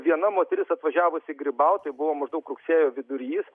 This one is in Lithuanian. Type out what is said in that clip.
viena moteris atvažiavusi grybauti tai buvo maždaug rugsėjo vidurys